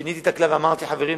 שיניתי את הכלל ואמרתי: חברים,